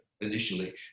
initially